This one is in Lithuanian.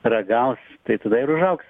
ragaus tai tada ir užaugs